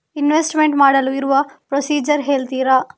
Investment ಮಾಡಲು ಇರುವ procedure ಹೇಳ್ತೀರಾ?